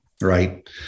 right